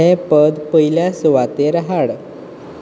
हें पद पयल्या सुवातेर हाड